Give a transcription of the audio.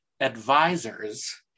advisors